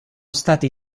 stati